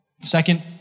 Second